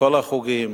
מכל החוגים,